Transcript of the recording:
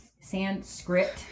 Sanskrit